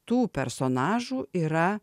tų personažų yra